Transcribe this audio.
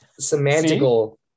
semantical